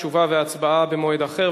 תשובה והצבעה במועד אחר.